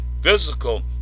physical